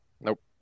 Nope